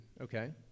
Okay